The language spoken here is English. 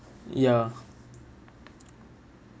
ya